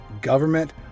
government